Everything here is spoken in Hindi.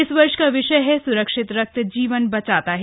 इस वर्ष का विषय है सुरक्षित रक्त जीवन बचाता है